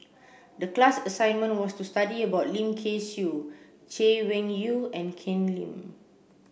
the class assignment was to study about Lim Kay Siu Chay Weng Yew and Ken Lim